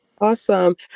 Awesome